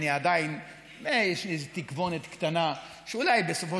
ועדיין יש לי איזו תקוונת קטנה שאולי בסופו